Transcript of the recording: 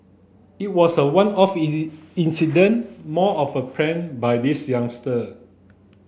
it was a one off incident more of a prank by this youngster